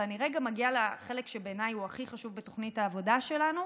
ואני הרגע מגיעה לחלק שבעיניי הוא הכי חשוב בתוכנית העבודה שלנו,